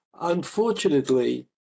unfortunately